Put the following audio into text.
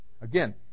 Again